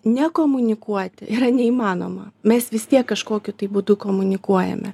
nekomunikuoti yra neįmanoma mes vis tiek kažkokiu būdu komunikuojame